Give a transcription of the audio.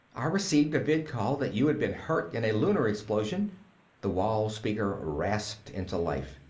i received a vidcall that you had been hurt in a lunar explosion the wall speaker rasped into life.